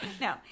No